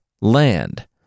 land